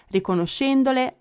riconoscendole